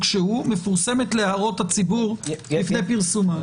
שהוא מפורסמת להערות הציבור לפני פרסומן.